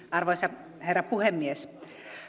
arvoisa herra puhemies